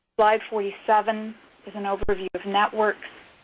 slide forty seven is an overview of networks.